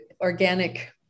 organic